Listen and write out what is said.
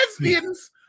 lesbians